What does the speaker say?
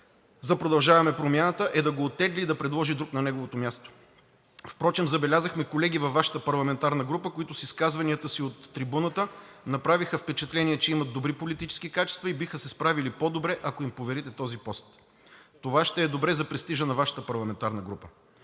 за „Продължаваме Промяната“ е да го оттегли и да предложи друг на неговото място. Впрочем забелязахме колеги във Вашата парламентарна група, които с изказванията си от трибуната направиха впечатление, че имат добри политически качества и биха се справили по-добре, ако им поверите този пост. Това ще е добре за престижа на Вашата парламентарна група.